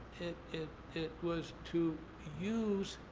it it was to use